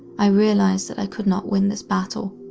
i realized that i could not win this battle.